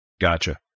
Gotcha